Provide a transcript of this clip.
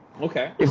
Okay